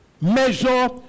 Measure